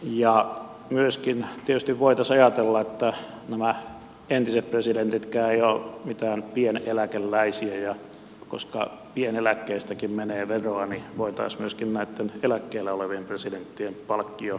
ja myöskin tietysti voitaisiin ajatella että nämä entiset presidentitkään eivät ole mitään pieneläkeläisiä koska pieneläkkeestäkin menee veroa ja voitaisiin myöskin näitten eläkkeellä olevien presidenttien palkkio laittaa verolle